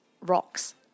rocks